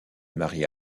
marie